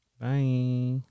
bye